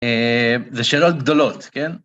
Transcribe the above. זה שאלות גדולות, כן?